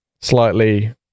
slightly